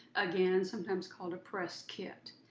again, sometimes called a press kit.